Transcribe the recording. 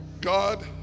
God